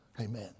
Amen